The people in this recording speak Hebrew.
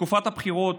בתקופת הבחירות